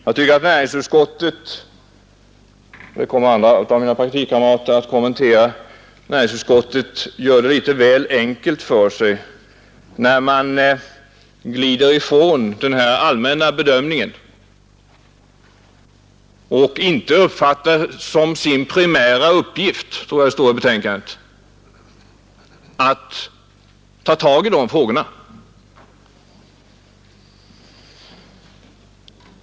Jag tycker att näringsutskottet — men det kommer andra av mina partikamrater att kommentera — gör det litet väl enkelt för sig när det glider ifrån den här allmänna bedömningen och inte uppfattar som sin primära uppgift, tror jag det står i betänkandet, att ta tag i maktkoncentrationsfrågorna.